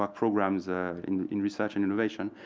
like programs ah in in research and invasion,